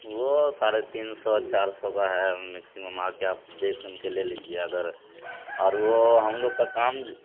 وہ ساڑھے تین سو چار سو کا ہے میکسیمم آ کے آپ دیکھ سن کے لے لیجیے اگر اور وہ ہم لوگ کا کام